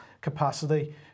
capacity